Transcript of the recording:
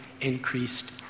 increased